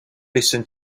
listen